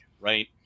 right